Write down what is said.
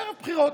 ערב בחירות.